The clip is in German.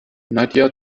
nadja